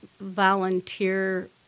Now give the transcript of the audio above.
volunteer